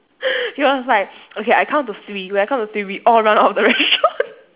he was like okay I count to three when I count to three we all run out of the restaurant